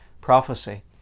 prophecy